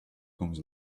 comes